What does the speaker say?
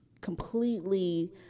completely